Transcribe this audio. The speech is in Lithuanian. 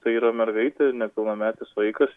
tai yra mergaitė nepilnametis vaikas